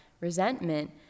resentment